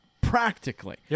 Practically